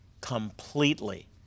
completely